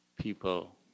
people